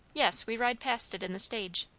yes we ride past it in the stage.